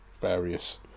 various